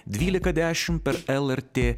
dvylika dešim per el er tė